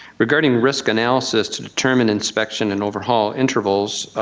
regarding risk analysis to determine inspection in overhaul intervals,